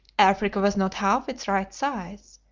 africa was not half its right size,